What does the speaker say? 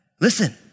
listen